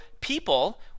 people